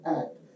act